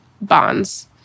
bonds